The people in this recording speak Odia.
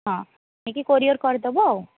ହଁ ଟିକେ କୋରିୟର୍ କରିଦେବ ଆଉ